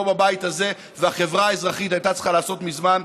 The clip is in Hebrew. בבית הזה והחברה האזרחית היו צריכים לעשות מזמן.